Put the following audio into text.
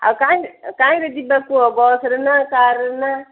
ଆଉ କାଇଁ କାଇଁରେ ଯିବା କୁୁହ ବସ୍ରେ ନା କାର୍ରେ ନା